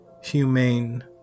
humane